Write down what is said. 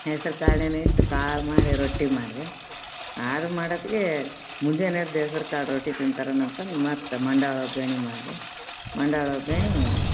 ಹೆಸ್ರ್ ಕಾಳು ನೆನೆ ಇಟ್ಟು ಕಾಳು ಮಾಡಿ ರೊಟ್ಟಿ ಮಾಡಿದೆ ಅದು ಮಾಡೋತ್ತಿಗೆ ಮುಂಜಾನೆ ಎದ್ದು ಹೆಸ್ರ್ ಕಾಳು ರೊಟ್ಟಿ ತಿಂತಾರೇನು ಅಂತಂದು ಮತ್ತೆ ಮಂಡಾಳು ಒಗ್ಗರ್ಣೆ ಮಾಡಿದೆ ಮಂಡಾಳು ಒಗ್ಗರ್ಣೆ